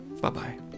Bye-bye